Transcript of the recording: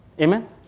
Amen